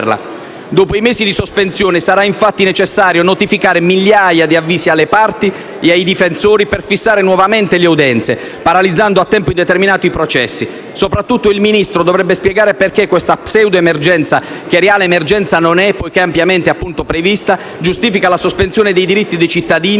Dopo i mesi di sospensione sarà infatti necessario notificare migliaia di avvisi alle parti e ai difensori per fissare nuovamente le udienze, paralizzando a tempo indeterminato i processi. Soprattutto, il Ministro dovrebbe spiegare perché questa pseudo-emergenza, che reale emergenza non è, poiché ampiamente prevista, giustifica la sospensione dei diritti dei cittadini, ma non